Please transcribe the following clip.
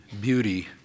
beauty